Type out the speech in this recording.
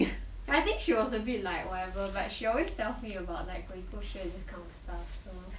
I think she was a bit like whatever but she always tell me about like 鬼故事 this kind of stuff so